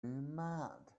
mad